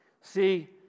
See